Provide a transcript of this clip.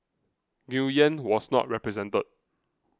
Nguyen was not represented